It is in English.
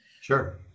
Sure